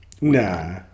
Nah